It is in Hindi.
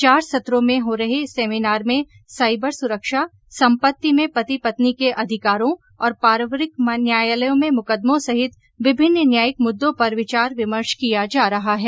चार सत्रों में हो रही इस सेमिनार में साइबर सुरक्षा सम्पति में पति पत्नी के अधिकारों और पारिवारिक न्यायालयों में मुकदमों सहित विभिन्न न्यायिक मुद्दों पर विचार विमर्श किया जा रहा है